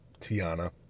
Tiana